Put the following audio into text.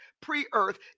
pre-earth